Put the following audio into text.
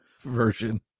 version